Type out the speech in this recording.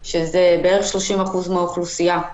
שהם בערך 30% מהאוכלוסייה.